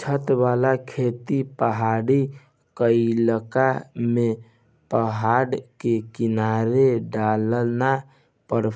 छत वाला खेती पहाड़ी क्इलाका में पहाड़ के किनारे ढलान पर